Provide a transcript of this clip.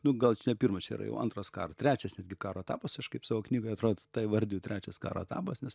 nu gal čia ne pirmas čia yra jau antras karo trečias netgi karo etapas aš kaip savo knyga atrodo tą vardijau trečias karo etapas nes